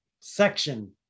section